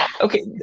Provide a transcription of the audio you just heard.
Okay